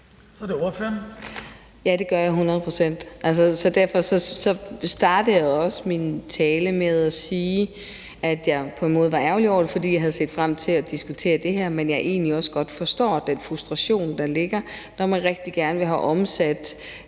Ja, at det gør jeg hundrede procent. Derfor startede jeg også min tale med at sige, at jeg på en måde var ærgerlig over det, fordi jeg har set frem til at diskutere det, men at jeg egentlig også godt forstår den frustration, der er, når man rigtig gerne vil have omsat